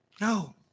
No